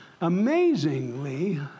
amazingly